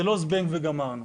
זה לא זבנג וגמרנו.